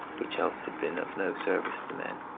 which else had been of no service to men.